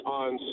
on